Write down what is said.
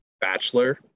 bachelor